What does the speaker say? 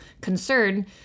concern